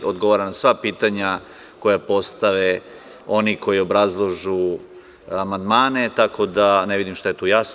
Odgovara na sva pitanja koja postave oni koji obrazlažu amandmane, tako da ne vidim šta je tu nejasno.